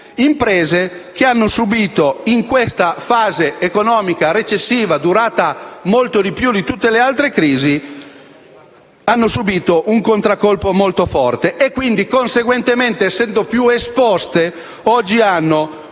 imprese che hanno subito, in questa fase economica recessiva durata molto di più di tutte le altre crisi, un contraccolpo molto forte e quindi, conseguentemente, essendo più esposte, oggi hanno